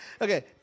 Okay